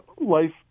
Life